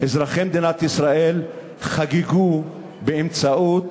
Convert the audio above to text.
אזרחי מדינת ישראל, חגגו באמצעות